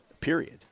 period